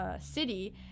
City